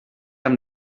amb